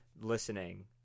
listening